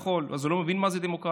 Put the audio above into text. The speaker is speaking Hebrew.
אז הוא לא מבין מה זה דמוקרטיה,